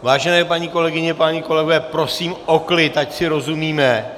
Vážené paní kolegyně, páni kolegové, prosím o klid, ať si rozumíme...